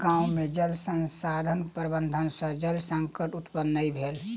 गाम में जल संसाधन प्रबंधन सॅ जल संकट उत्पन्न नै भेल